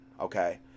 okay